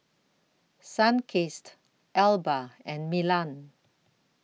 Sunkist Alba and Milan